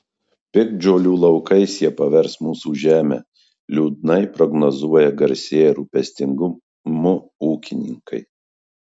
piktžolių laukais jie pavers mūsų žemę liūdnai prognozuoja garsėję rūpestingumu ūkininkai